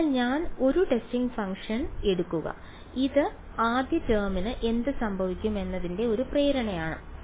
അതിനാൽ ഞാൻ ഒരു ടെസ്റ്റിംഗ് ഫംഗ്ഷൻ എടുക്കുന്നു ഇത് ആദ്യ ടേമിന് എന്ത് സംഭവിക്കും എന്നതിന്റെ ഒരു പ്രേരണയാണ്